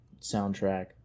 soundtrack